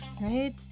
right